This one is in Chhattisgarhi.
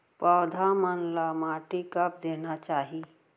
पौधा मन ला माटी कब देना चाही?